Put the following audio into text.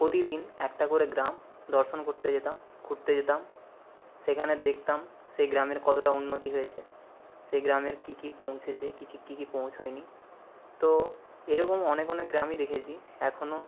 প্রতিদিন একটা করে গ্রাম দর্শন করতে যেতাম ঘুরতে যেতাম সেখানে দেখতাম সেই গ্রামের কতটা উন্নতি হয়েচে সেই গ্রামের কী কী পৌঁছেছে কিছি কী কী পৌঁছায়নি তো এরকম অনেক অনেক গ্রামই দেখেছি এখনও